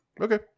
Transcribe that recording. Okay